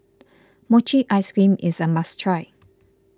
Mochi Ice Cream is a must try